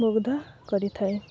ମୁଗ୍ଧ କରିଥାଏ